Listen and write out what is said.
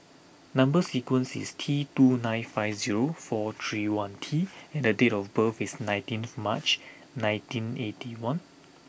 number sequence is T two nine five zero four three one T and the date of birth is nineteenth March ninety eighty one